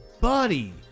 buddy